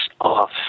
off